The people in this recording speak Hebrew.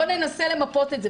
בואו ננסה למפות את זה.